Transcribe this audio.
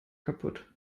kaputt